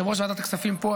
יושב-ראש ועדת הכספים פה,